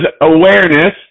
awareness